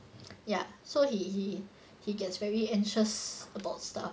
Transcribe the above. ya so he he he gets very anxious about stuff